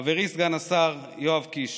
חברי סגן השר יואב קיש,